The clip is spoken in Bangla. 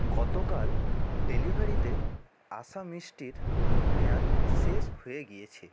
গতকাল ডেলিভারিতে আসা মিষ্টির মেয়াদ শেষ হয়ে গিয়েছে